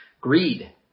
greed